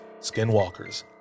skinwalkers